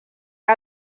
que